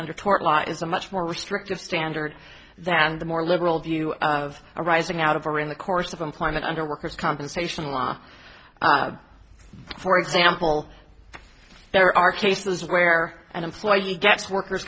under tort law is a much more restrictive standard than the more liberal view of arising out of or in the course of employment under workers compensation law for example there are cases where an employee he gets worker